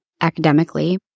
academically